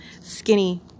skinny